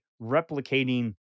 replicating